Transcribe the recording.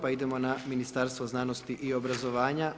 Pa idemo na Ministarstvo znanosti i obrazovanja.